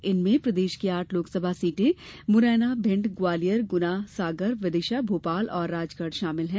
इनमें प्रदेश की आठ लोकसभा सीटें मुरैना भिण्ड ग्वालियर गुना सागर विदिशा भोपाल और राजगढ़ शामिल हैं